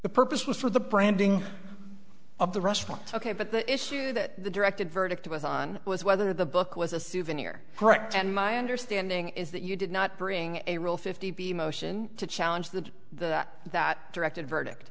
the purpose was for the branding of the restaurant ok but the issue that directed verdict was on was whether the book was a souvenir correct and my understanding is that you did not bring a real fifty p motion to challenge that that directed verdict